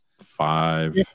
Five